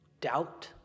doubt